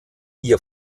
ihr